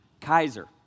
Kaiser